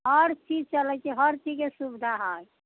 हर चीज चलै छै हर चीजके सुविधा हइ